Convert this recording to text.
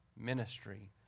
ministry